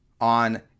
on